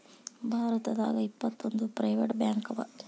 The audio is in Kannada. ಭಾರತದಾಗ ಇಪ್ಪತ್ತೊಂದು ಪ್ರೈವೆಟ್ ಬ್ಯಾಂಕವ